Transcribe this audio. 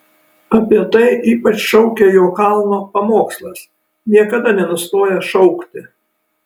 apie tai ypač šaukia jo kalno pamokslas niekada nenustoja šaukti